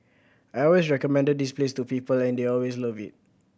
I always recommended this place to people and they always love it